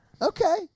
Okay